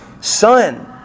Son